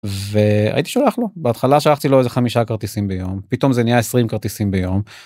והייתי שלח לו בהתחלה שלחתי לו איזה חמישה כרטיסים ביום פתאום זה נהיה 20 כרטיסים ביום.